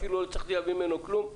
אפילו לא הצלחתי להבין ממנו כלום,